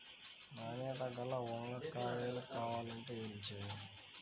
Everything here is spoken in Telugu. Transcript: నాణ్యత గల వంగ కాయ కావాలంటే ఏమి చెయ్యాలి?